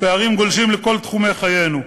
הפערים גולשים לכל תחומי חיינו: